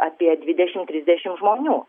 apie dvidešim trisdešim žmonių